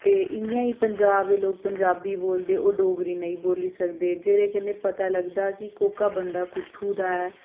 ते इ'यां ही पंजाब दे लोक पंजाबी बोलदे ओह् डोगरी नेईं बोली सकदे जेह्दे कन्नै पता लगदा ऐ कि कोह्का बंदा कुत्थु दा ऐ